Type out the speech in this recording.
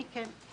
אני כן.